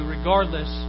Regardless